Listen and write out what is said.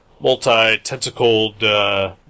Multi-tentacled